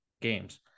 games